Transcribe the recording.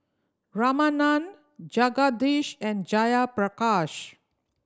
Ramanand Jagadish and Jayaprakash